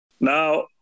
Now